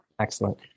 Excellent